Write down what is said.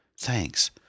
Thanks